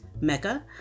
Mecca